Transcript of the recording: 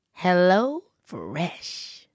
HelloFresh